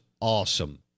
awesome